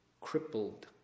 crippled